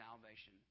salvation